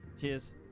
cheers